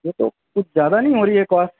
یہ تو کچھ زیادہ نہیں ہو رہی ہے کاسٹ